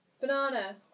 Banana